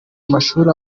amashuri